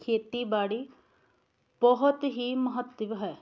ਖੇਤੀਬਾੜੀ ਬਹੁਤ ਹੀ ਮਹੱਤਵ ਹੈ